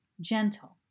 Gentle